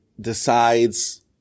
decides